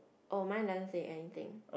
oh mine doesn't say anything